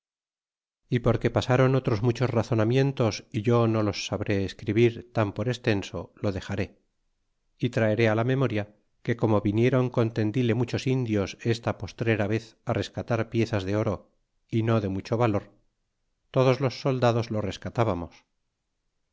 y porque pasron otros muchos razonamientos é yo no los sabré escri bir tan por extenso lo dexaré y traeré la memoria que como viniéron con tendile muehos indios esta postrera vez á rescatar piezas de oro y no de mucho valor todos los soldados lo rescatábamos